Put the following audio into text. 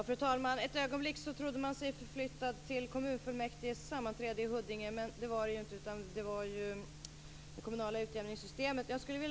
Fru talman! Ett ögonblick trodde man sig förflyttad till kommunfullmäktiges sammanträde i Huddinge, men det var det ju. Det var ju det kommunala utjämningssystemet det handlade om.